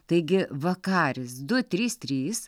taigi vakaris du trys trys